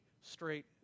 straight